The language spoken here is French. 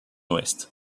ouest